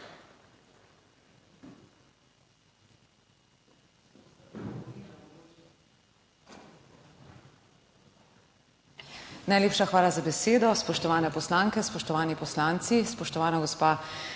Najlepša hvala za besedo. Spoštovane poslanke, spoštovani poslanci, spoštovana gospa